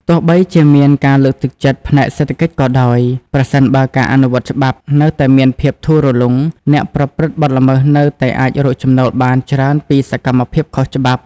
ទោះបីជាមានការលើកទឹកចិត្តផ្នែកសេដ្ឋកិច្ចក៏ដោយ ប្រសិនបើការអនុវត្តច្បាប់នៅតែមានភាពធូររលុង អ្នកប្រព្រឹត្តបទល្មើសនៅតែអាចរកចំណូលបានច្រើនពីសកម្មភាពខុសច្បាប់។